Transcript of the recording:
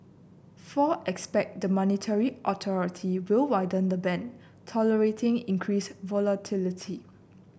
four expect the monetary authority will widen the band tolerating increased volatility